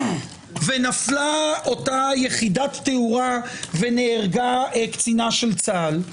ונפלה אותה יחידת תאורה ונהרגה קצינת צה"ל,